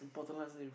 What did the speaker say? important life lesson